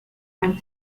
and